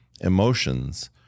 emotions